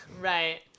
Right